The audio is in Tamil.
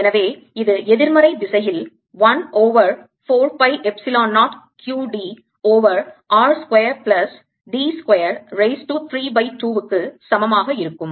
எனவே இது எதிர்மறை திசையில் 1 over 4 by epsilon 0 q d over r square plus d square raise to 3 by வகுத்தல் 2 க்கு சமமாக இருக்கும்